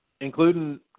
including